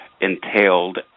entailed